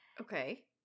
Okay